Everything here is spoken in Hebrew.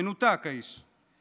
מנותק, האיש.